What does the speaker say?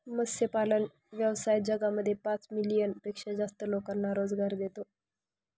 मत्स्यपालन व्यवसाय जगामध्ये पाच मिलियन पेक्षा जास्त लोकांना रोजगार देतो